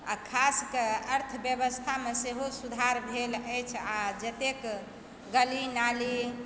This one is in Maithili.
आओर खासकऽ अर्थव्यवस्थामे सेहो सुधार भेल अछि आओर जतेक गली नाली